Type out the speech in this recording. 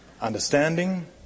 understanding